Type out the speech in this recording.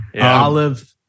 Olive